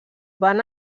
van